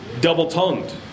double-tongued